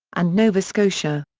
and nova scotia.